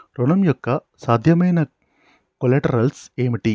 ఋణం యొక్క సాధ్యమైన కొలేటరల్స్ ఏమిటి?